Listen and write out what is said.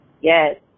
Yes